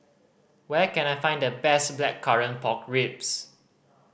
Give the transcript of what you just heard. where can I find the best Blackcurrant Pork Ribs